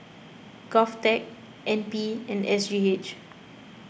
Govtech N P and S G H